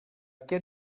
què